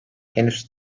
henüz